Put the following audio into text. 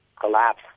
collapse